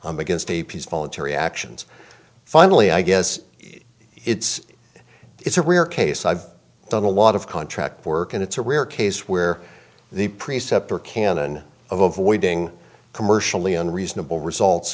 i'm against a piece voluntary actions finally i guess it's it's a rare case i've done a lot of contract work and it's a rare case where the preceptor canon of avoiding commercially unreasonable results